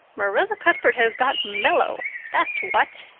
marilla cuthbert has got mellow. that's what.